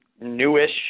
newish